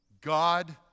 God